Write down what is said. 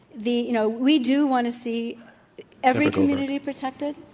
the you know, we do want to see every community protected,